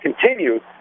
continues